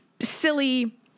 Silly